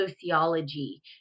sociology